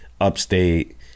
upstate